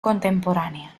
contemporánea